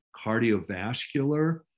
cardiovascular